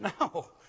No